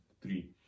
three